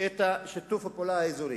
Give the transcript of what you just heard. את שיתוף הפעולה האזורי?